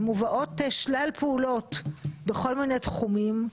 ומובאות שלל פעולות בכול מיני תחומים.